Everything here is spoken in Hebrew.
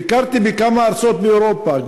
ביקרתי בכמה ארצות באירופה.